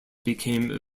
became